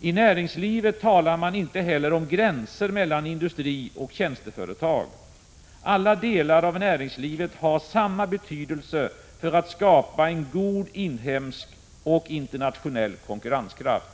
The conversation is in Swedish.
I näringslivet talar man inte heller om gränser mellan industrioch tjänsteföretag. Alla delar av näringslivet har samma betydelse för att skapa en god inhemsk och internationell konkurrenskraft.